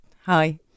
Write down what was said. Hi